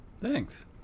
Thanks